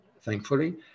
thankfully